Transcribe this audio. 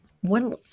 One